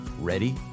Ready